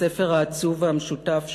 בספר העצוב והמשותף שלנו,